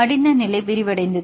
மடிந்த நிலை விரிவடைந்தது